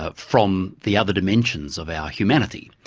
ah from the other dimensions of our humanity.